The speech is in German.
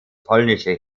polnische